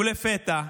ולפתע,